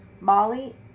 Molly